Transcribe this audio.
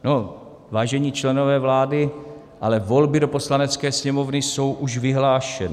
No, vážení členové vlády, ale volby do Poslanecké sněmovny jsou už vyhlášeny.